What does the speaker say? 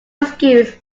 excuse